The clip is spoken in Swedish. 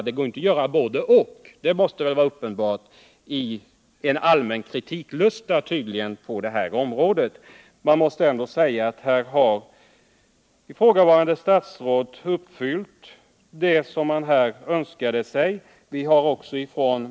Det går inte att göra både — och; måste väl vara uppenbart. Men det tycks råda en allmän kritiklust på detta område. Ifrågavarande statsråd har här gjort vad oppositionen önskade sig.